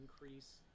increase